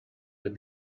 with